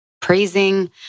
Praising